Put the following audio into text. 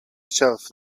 shelf